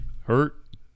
Hurt